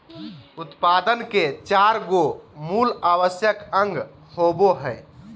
उत्पादन के चार गो मूल आवश्यक अंग होबो हइ